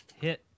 hit